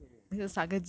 恶心 eh